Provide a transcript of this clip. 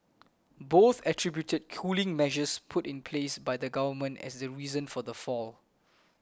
both attributed cooling measures put in place by the government as the reason for the fall